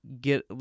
get